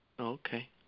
Okay